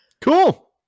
Cool